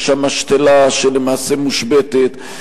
יש שם משתלה שלמעשה מושבתת.